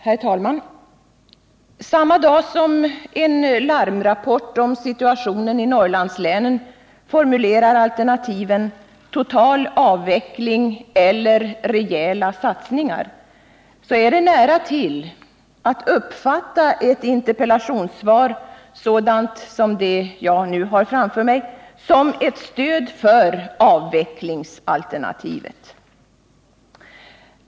Herr talman! Samma dag som en ny larmrapport om situationen i Norrlandslänen formulerar alternativen ”total avveckling eller rejäla satsningar”, är det nära till att uppfatta ett interpellationssvar sådant som det föreliggande som ett stöd för avvecklingsalternativet.